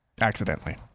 accidentally